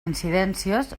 incidències